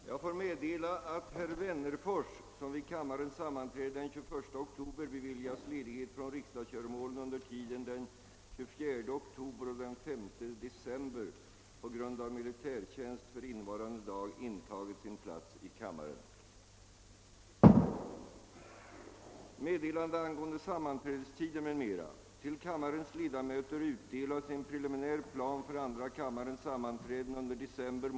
Till kammarens ledamöter har utdelats en preliminär plan för första kammarens plena under december månad, varav framgår att höstsessionens sista arbetsplenum hålles, såvitt nu kan bedömas, onsdagen den 17 december eller, om så "erfordras på grund av skiljaktiga beslut, torsdagen den 18 december. i kamrarna av utskottsutlåtanden för återstoden av höstsessionen kommer att framläggas i mitten av november.